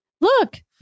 Look